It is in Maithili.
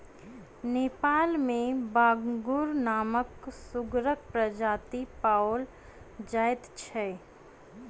नेपाल मे बांगुर नामक सुगरक प्रजाति पाओल जाइत छै